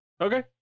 Okay